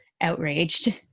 outraged